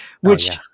which-